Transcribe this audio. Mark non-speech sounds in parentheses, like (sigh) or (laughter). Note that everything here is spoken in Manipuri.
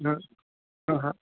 (unintelligible)